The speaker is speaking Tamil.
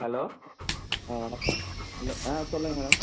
ஹலோ ஆ வணக்கம் இல்லை ஆ சொல்லுங்கள் மேடம்